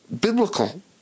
biblical